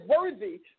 worthy